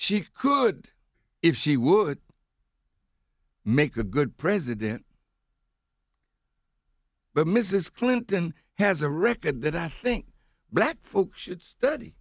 she could if she would make a good president but mrs clinton has a record that i think black folks should study